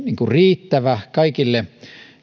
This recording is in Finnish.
riittävä kaikille